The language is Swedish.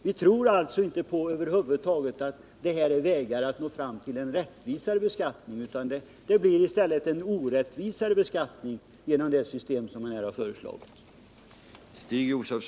Vi tror alltså över huvud taget inte på att den här regeln är framkomlig när det gäller att åstadkomma en rättvisare beskattning. Det blir i stället en orättvisare beskattning genom det system som här har föreslagits.